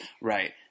Right